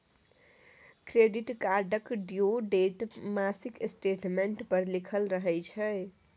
credit कार्डक due date मासिक statement पर लिखल रहय छै